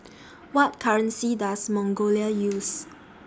What currency Does Mongolia use